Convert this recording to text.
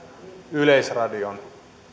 yleisradion